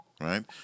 Right